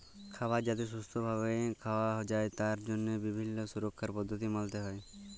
খাবার যাতে সুস্থ ভাবে খাওয়া যায় তার জন্হে বিভিল্য সুরক্ষার পদ্ধতি মালতে হ্যয়